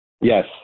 Yes